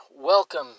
welcome